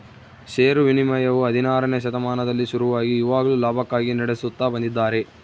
ಷೇರು ವಿನಿಮಯವು ಹದಿನಾರನೆ ಶತಮಾನದಲ್ಲಿ ಶುರುವಾಗಿ ಇವಾಗ್ಲೂ ಲಾಭಕ್ಕಾಗಿ ನಡೆಸುತ್ತ ಬಂದಿದ್ದಾರೆ